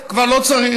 סתלבט, כבר לא צריך.